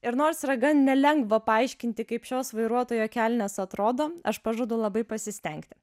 ir nors yra gan nelengva paaiškinti kaip šios vairuotojo kelnės atrodo aš pažadu labai pasistengti